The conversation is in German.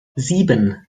sieben